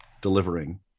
delivering